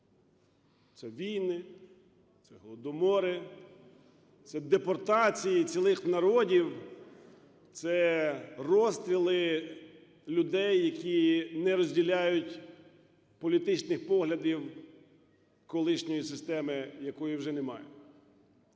Це війни, це голодомори, це депортації цілих народів, це розстріли людей, які не розділяють політичних поглядів колишньої системи, якої вже немає.